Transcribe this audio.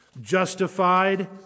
Justified